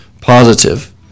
positive